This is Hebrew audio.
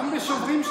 באמת, תתבגר כבר.